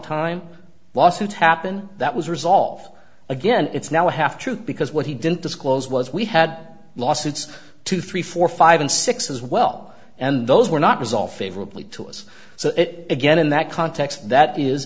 time lawsuits happen that was resolved again it's now a half truth because what he didn't disclose was we had lawsuits two three four five and six as well and those were not resolved favorably to us so it again in that context that is